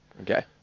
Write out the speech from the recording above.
Okay